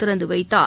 திறந்துவைத்தார்